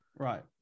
Right